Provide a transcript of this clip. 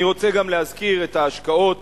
אני רוצה גם להזכיר את ההשקעות